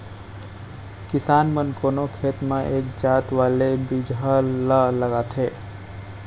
किसान मन कोनो खेत म एक जात वाले बिजहा ल लगाथें